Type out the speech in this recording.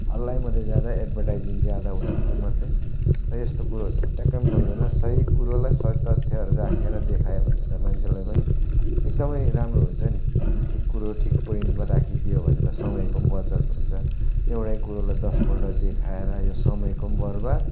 हल्लै मात्रै ज्यादा एडभर्टाइजिङ ज्यादा उनीहरूको मात्रै हो यस्तो कुरो चाहिँ मलाई ट्याक्कै मनपर्दैन सही कुरालाई सही तथ्यहरू राखेर देखायो भने त मान्छेलाई पनि एकदमै राम्रो हुन्छ नि ठिक कुरो ठिक पोइन्टमा राखिदियो भने त समयको पनि बचत हुन्छ एउटै कुरोलाई दसपल्ट देखाएर यो समयको पनि बर्बाद